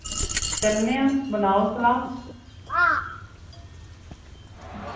चलने आं बनाओ सलाह्